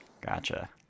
Gotcha